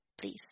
please